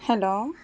hello